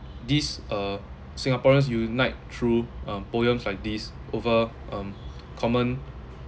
these uh singaporeans unite through uh poems like this over um common